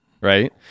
Right